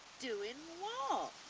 doing what?